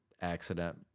accident